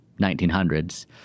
1900s